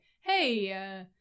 hey